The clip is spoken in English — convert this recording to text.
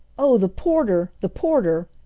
oh, the porter! the porter!